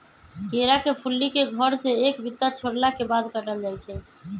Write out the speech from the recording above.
केरा के फुल्ली के घौर से एक बित्ता छोरला के बाद काटल जाइ छै